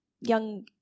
young